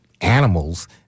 animals